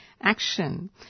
action